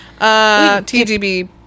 TGB